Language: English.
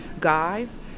guys